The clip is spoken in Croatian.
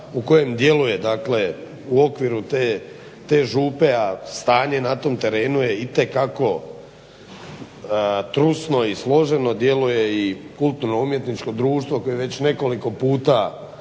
u kojem djeluje, dakle u okviru te župe, a stanje na tom terenu je itekako trusno i složeno. Djeluje i kulturno-umjetničko društvo koje je već nekoliko puta